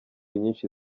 nyinshi